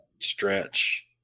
stretch